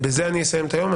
ובזה אני אסיים את היום.